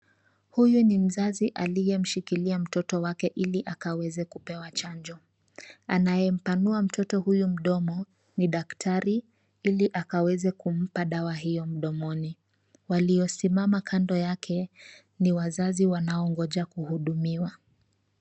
Huyu ni mzazi aliyemshikilia mtoto wake ili akaweze kupewa chanjo. Anayempanua mtoto huyu mdomo ni daktari ili akaweze kumpa dawa hiyo mdomoni . Waliosimama kando yake ni wazazi wanaongoja kuhudumiwa.